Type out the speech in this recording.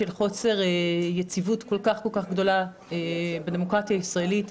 של חוסר יציבות כל כך כל כך גדולה בדמוקרטיה הישראלית,